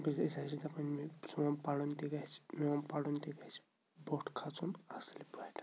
بہٕ أسۍ حظ چھِ دَپان مےٚ چون پَرُن تہِ گژھِ میون پَرُن تہِ گژھِ بوٚٹھ کھسُن اَصِل پٲٹھۍ